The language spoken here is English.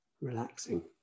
Relaxing